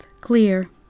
clear